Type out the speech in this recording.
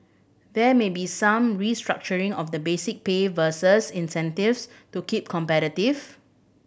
there may be some restructuring of the basic pay versus incentives to keep competitive